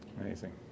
Amazing